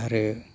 आरो